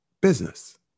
business